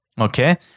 okay